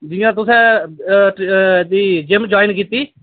जि'यां तु'सें भी जिम जाइन कीती